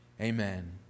Amen